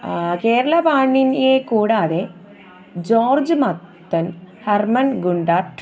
കേരള പാണിനിയെ കൂടാതെ George Mathan Hermann Gundert